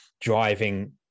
driving